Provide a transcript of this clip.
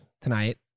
tonight